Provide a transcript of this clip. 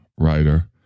writer